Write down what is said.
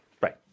right